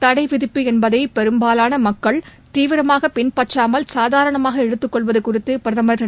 தடைவிதிப்பு என்பதைபெரும்பாலானமக்கள் தீவிரமாகபின்பற்றாமல் சாதாரணமாகஎடுத்துக்கொள்வதுகுறித்துபிரதமா் திரு